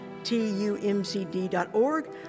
TUMCD.org